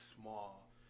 small